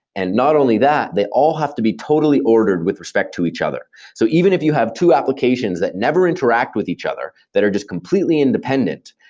and not only that, they all have to be totally ordered with respect to each other. so even if you have two applications that never interact with each other that are just completely independent,